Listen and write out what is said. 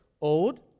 old